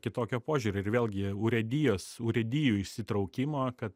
kitokio požiūrio ir vėlgi urėdijos urėdijų įsitraukimo kad